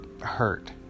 hurt